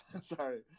Sorry